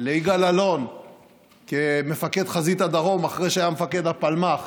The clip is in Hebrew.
ליגאל אלון כמפקד חזית הדרום אחרי שהיה מפקד הפלמ"ח,